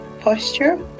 posture